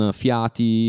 fiati